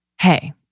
hey